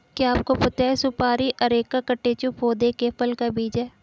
क्या आपको पता है सुपारी अरेका कटेचु पौधे के फल का बीज है?